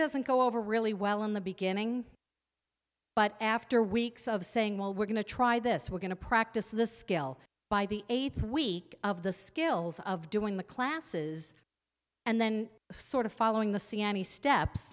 doesn't go over really well in the beginning but after weeks of saying well we're going to try this we're going to practice the skill by the eighth week of the skills of doing the classes and then sort of following the siani steps